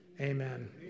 amen